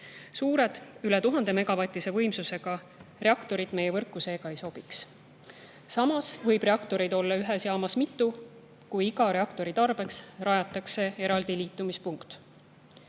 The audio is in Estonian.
Suured, üle 1000‑megavatise võimsusega reaktorid meie võrku seega ei sobiks. Samas võib reaktoreid olla ühes jaamas mitu, kui iga reaktori tarbeks rajatakse eraldi liitumispunkt.